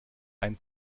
ein